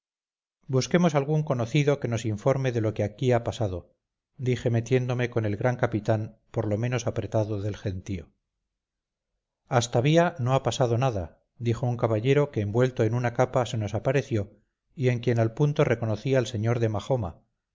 busquemos algún conocido que nos informe de lo que aquí ha pasado dije metiéndome con el gran capitán por lo menos apretado del gentío astavía no ha pasado nada dijo un caballero que envuelto en una capa se nos apareció y en quien al punto reconocí al sr de majoma